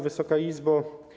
Wysoka Izbo!